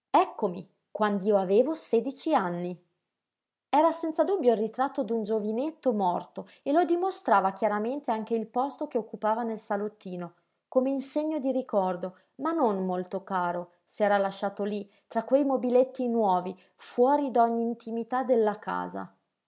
ritratto eccomi quand'io avevo sedici anni era senza dubbio il ritratto d'un giovinetto morto e lo dimostrava chiaramente anche il posto che occupava nel salottino come in segno di ricordo ma non molto caro se era lasciato lí tra quei mobiletti nuovi fuori d'ogni intimità della casa